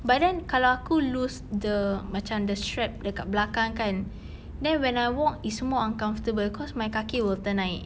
but then kalau aku lose the macam the strap dekat belakang kan then when I walk it's more uncomfortable cause my kaki will ternaik